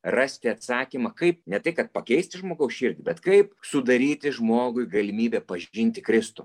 rasti atsakymą kaip ne tai kad pakeisti žmogaus širdį bet kaip sudaryti žmogui galimybę pažinti kristų